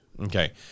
Okay